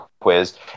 quiz